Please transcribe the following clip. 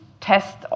test